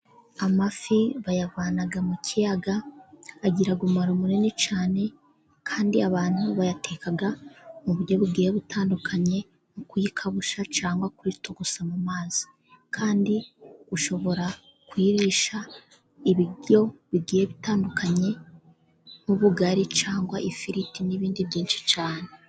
Amafi bayavana mu kiyaga, agira umumaro munini cyane kandi abantu bayateka mu buryo bugiye butandukanye, nko kuyakawusha cyangwa kuyatogosa mu mazi. Kandi ushobora kuyirisha ibiryo bigiye bitandukanye nk'ubugari cyangwa ifiriti, n'ibindi byinshi cyane.